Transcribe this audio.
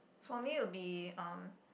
for me it'll be um